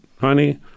honey